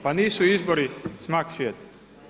Pa nisu izbori smak svijeta.